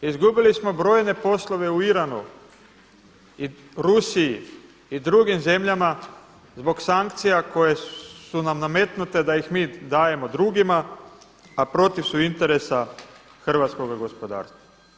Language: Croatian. Izgubili smo brojne poslove u Iranu i Rusiji i drugim zemljama zbog sankcija su nam nametnute da ih mi dajemo drugima a protiv su interesa hrvatskoga gospodarstva.